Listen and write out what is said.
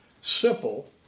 simple